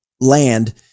land